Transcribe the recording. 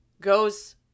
goes